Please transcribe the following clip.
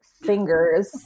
fingers